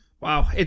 Wow